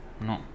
No